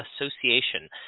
Association